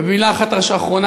ומילה אחת אחרונה,